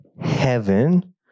heaven